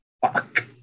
Fuck